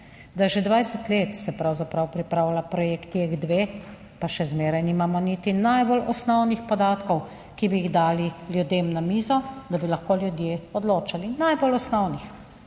da že 20 let se pravzaprav pripravlja projekt JEK 2 pa še zmeraj nimamo niti najbolj osnovnih podatkov, ki bi jih dali ljudem na mizo, da bi lahko ljudje odločali, najbolj osnovnih.